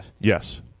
Yes